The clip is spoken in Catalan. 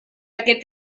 aquest